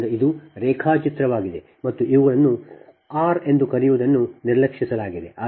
ಆದ್ದರಿಂದ ಇದು ರೇಖಾಚಿತ್ರವಾಗಿದೆ ಮತ್ತು ಇವುಗಳನ್ನು ನೀವು r ಎಂದು ಕರೆಯುವುದನ್ನು ನಿರ್ಲಕ್ಷಿಸಲಾಗಿದೆ